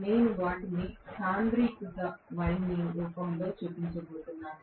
నేను వాటిని సాంద్రీకృత వైండింగ్ రూపంలో చూపిస్తున్నాను